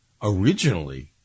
Originally